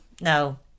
no